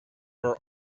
are